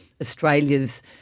Australia's